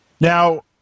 Now